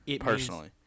personally